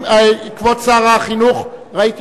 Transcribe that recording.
הצעת החוק עברה בקריאה טרומית, ותועבר